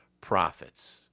profits